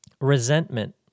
Resentment